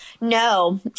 No